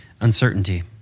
uncertainty